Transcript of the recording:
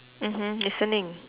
mmhmm listening